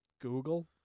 Google